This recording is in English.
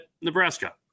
Nebraska